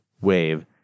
wave